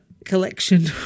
collection